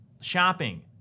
shopping